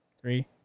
three